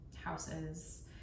houses